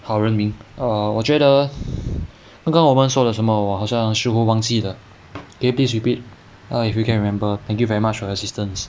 好人民 err 我觉得 err 刚刚我们说了什么我好像似乎忘记了 can you please repeat if you can remember thank you very much for your assistance